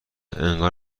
انگار